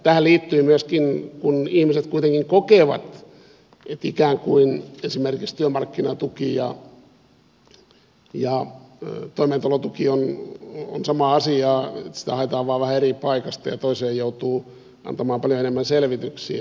tähän liittyy myöskin se että ihmiset kuitenkin kokevat että ikään kuin esimerkiksi työmarkkinatuki ja toimeentulotuki on samaa asiaa sitä haetaan vain vähän eri paikasta ja toiseen joutuu antamaan paljon enemmän selvityksiä